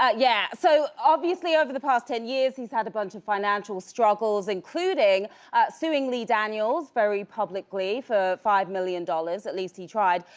yeah, so obviously over the past ten years, he's had a bunch of financial struggles, including suing lee daniels very publicly for five million dollars. at least he tried.